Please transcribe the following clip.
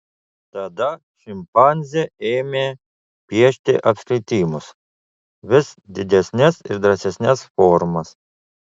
tada šimpanzė ėmė piešti apskritimus vis didesnes ir drąsesnes formas